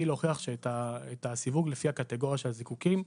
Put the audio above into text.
להוכיח את הסיווג לפי הקטגוריה של הזיקוקין.